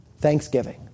Thanksgiving